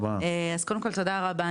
אז קודם כל תודה רבה,